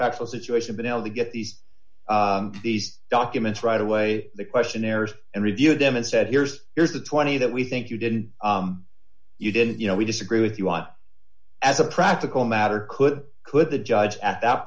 factual situation but now they get these these documents right away the questionnaires and review them and said here's here's the twenty that we think you didn't you didn't you know we disagree with you want as a practical matter could could the judge at that